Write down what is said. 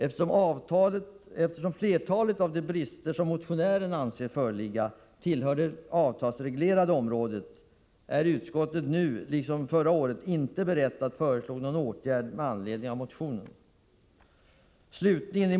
Eftersom flertalet av de brister som motionären anser föreligga tillhör det avtalsreglerade området är utskottet nu, liksom förra året, inte berett att föreslå någon åtgärd med anledning av motionen.